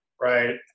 Right